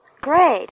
Great